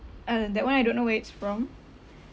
uh that [one] I don't know where it's from